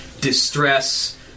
distress